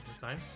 time